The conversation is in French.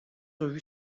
revu